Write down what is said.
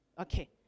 Okay